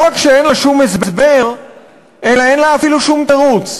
לא רק שאין לה שום הסבר אלא אין לה אפילו שום תירוץ.